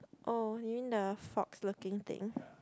oh you mean the fox looking thing